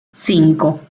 cinco